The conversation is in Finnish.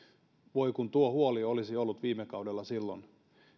voi kun tuo huoli olisi ollut viime kaudella silloin